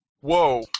Whoa